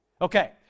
Okay